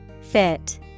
Fit